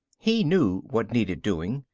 he knew what needed doing,